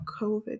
COVID